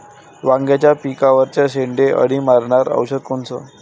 वांग्याच्या पिकावरचं शेंडे अळी मारनारं औषध कोनचं?